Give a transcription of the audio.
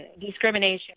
Discrimination